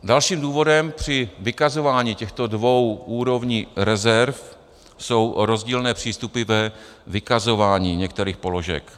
Dalším důvodem při vykazování těchto dvou úrovní rezerv jsou rozdílné přístupy ve vykazování některých položek.